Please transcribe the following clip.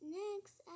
next